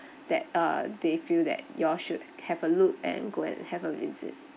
that uh they feel that you all should have a look and go and have a visit